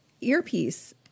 earpiece